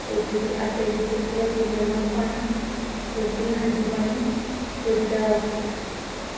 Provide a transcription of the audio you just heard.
ते फिर आटै बिच्च थोह्ड़ा नेहा नमक पाना ते हल्दी पानी ते थोह्ड़ा जेहा